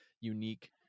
unique